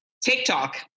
tiktok